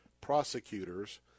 prosecutors